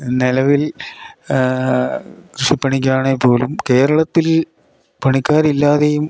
നിലവിൽ കൃഷിപ്പണിക്കാണെ പോലും കേരളത്തിൽ പണിക്കാറില്ലാതെയും